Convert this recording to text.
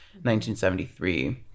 1973